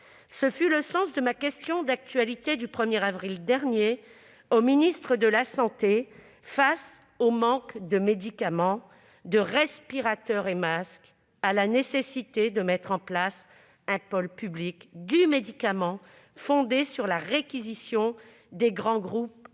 Ce fut le sens de ma question d'actualité du 1 avril dernier au ministre de la santé, face au manque de médicaments, de respirateurs et de masques et à la nécessité de mettre en place un pôle public du médicament fondé sur la réquisition des grands groupes